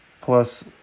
plus